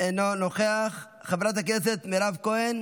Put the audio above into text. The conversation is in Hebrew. אינו נוכח, חברת הכנסת מירב כהן,